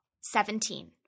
seventeen